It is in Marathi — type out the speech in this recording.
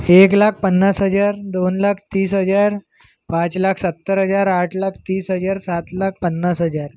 एक लाख पन्नास हजार दोन लाख तीस हजार पाच लाख सत्तर हजार आठ लाख तीस हजार सात लाख पन्नास हजार